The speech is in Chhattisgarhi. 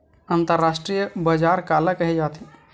अंतरराष्ट्रीय बजार काला कहे जाथे?